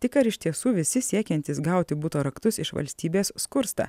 tik ar iš tiesų visi siekiantys gauti buto raktus iš valstybės skursta